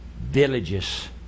villages